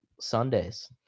Sundays